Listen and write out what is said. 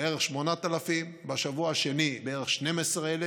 בערך 8,000,